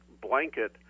blanket